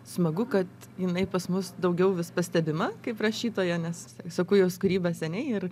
smagu kad jinai pas mus daugiau vis pastebima kaip rašytoja nes seku jos kūrybą seniai ir